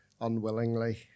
unwillingly